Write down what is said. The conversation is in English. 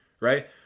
Right